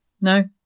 no